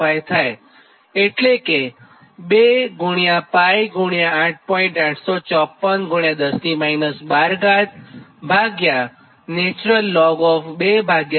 075 થાયજેની કિંમત 1